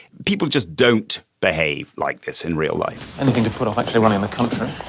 people just don't behave like this in real life anything to put off actually running the country,